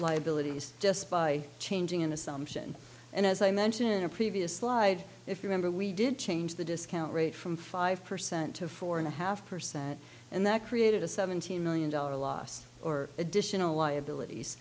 liabilities just by changing an assumption and as i mentioned in a previous slide if you remember we did change the discount rate from five percent to four and a half percent and that created a seventeen million dollars loss or additional liabilities